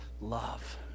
love